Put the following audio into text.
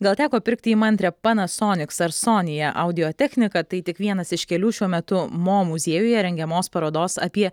gal teko pirkti įmantrią panasoniks ar sonija audio techniką tai tik vienas iš kelių šiuo metu mo muziejuje rengiamos parodos apie